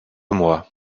moi